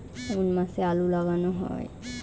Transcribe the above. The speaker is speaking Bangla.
কোন মাসে আলু লাগানো হয়?